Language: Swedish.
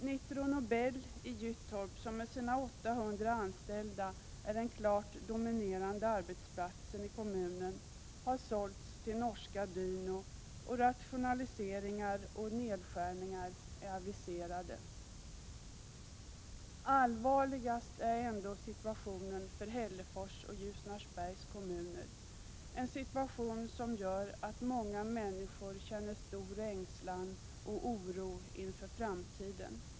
Nitro Nobel i Gyttorp, som med sina 800 anställda är den klart dominerande arbetsplatsen i kommunen, har sålts till Norska Dyno, och rationaliseringar och nedskärningar är aviserade, Allvarligast är ändå situationen för Hällefors och Ljusnarsbergs kommuner, en situation som gör att många människor känner stor ängslan och oro inför framtiden.